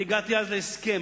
ואני הגעתי אז להסכם.